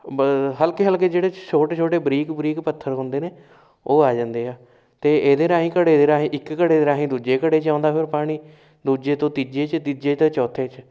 ਅ ਬ ਹਲਕੇ ਹਲਕੇ ਜਿਹੜੇ ਛੋਟੇ ਛੋਟੇ ਬਰੀਕ ਬਰੀਕ ਪੱਥਰ ਹੁੰਦੇ ਨੇ ਉਹ ਆ ਜਾਂਦੇ ਆ ਅਤੇ ਇਹਦੇ ਰਾਹੀਂ ਘੜੇ ਦੇ ਰਾਹੀਂ ਇੱਕ ਘੜੇ ਦੇ ਰਾਹੀਂ ਦੂਜੇ ਘੜੇ 'ਚ ਆਉਂਦਾ ਫਿਰ ਪਾਣੀ ਦੂਜੇ ਤੋਂ ਤੀਜੇ 'ਚ ਤੀਜੇ ਤੋਂ ਚੌਥੇ 'ਚ